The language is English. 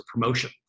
promotion